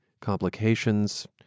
complications